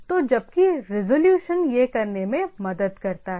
तो जबकि रिवॉल्यूशन यह करने में मदद करता है